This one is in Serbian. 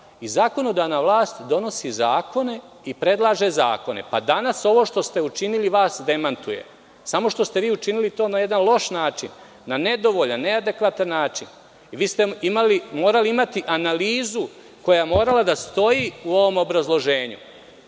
Zakonodavna vlast donosi zakone i predlaže zakone. Danas ovo što ste učinili vas demantuje. Samo što ste vi učinili to na jedan loš način, na nedovoljan, neadekvatan način. Vi ste morali imati analizu koja je trebala da stoji u ovom obrazloženju.